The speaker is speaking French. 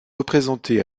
représentés